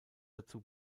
dazu